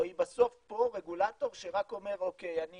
או אם היא בסוף פה רגולטור שרק אומר אוקיי, אני